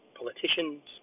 politicians